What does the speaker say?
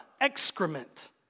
excrement